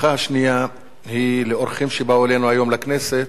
הברכה השנייה היא לאורחים שבאו אלינו היום לכנסת,